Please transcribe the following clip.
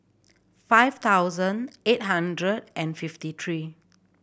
five thousand eight hundred and fifty three